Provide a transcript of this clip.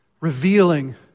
revealing